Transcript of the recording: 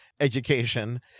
education